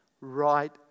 right